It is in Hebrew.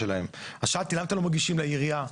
אז שאלתי למה אתם לא מגישים לעירייה?